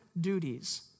duties